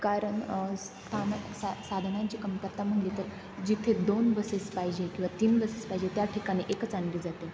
कारण स्थानक सा साधनांची कमतरता म्हटली तर जिथे दोन बसेस पाहिजे किंवा तीन बसेस पाहिजे त्या ठिकाणी एकच आणली जाते